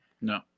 No